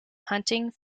hunting